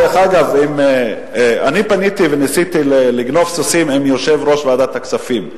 דרך אגב אני פניתי וניסיתי "לגנוב סוסים" עם יושב-ראש ועדת הכספים,